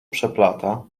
przeplata